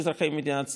לאזרחי מדינת ישראל,